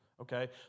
okay